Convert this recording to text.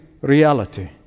reality